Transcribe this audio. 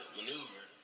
maneuver